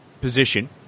position